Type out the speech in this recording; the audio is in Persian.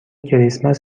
کریسمس